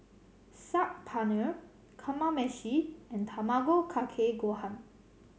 Saag Paneer Kamameshi and Tamago Kake Gohan